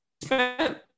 spent